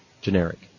generic